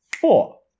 four